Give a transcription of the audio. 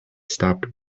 stopped